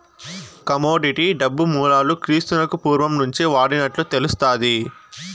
commodity డబ్బు మూలాలు క్రీస్తునకు పూర్వం నుంచే వాడినట్లు తెలుస్తాది